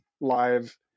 live